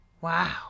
wow